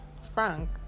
frank